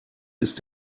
ist